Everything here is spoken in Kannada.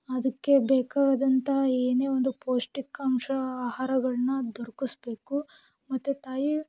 ಅದಕ್ಕೆ ಬೇಕಾದಂಥ ಏನೇ ಒಂದು ಪೌಷ್ಟಿಕಾಂಶ ಆಹಾರಗಳನ್ನ ದೊರ್ಕಿಸ್ಬೇಕು ಮತ್ತು ತಾಯಿ